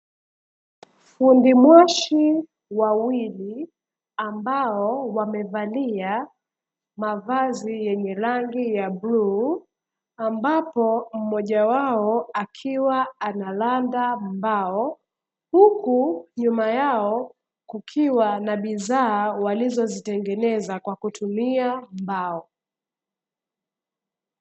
Fundi mwashi wawili ambao wamevalia mavazi ya rangi ya bluu, ambapo mmoja wao akiwa anaranda mbao, huku nyuma yao kukiwa na bidhaa walizozitengeneza kwa kutumia mbao.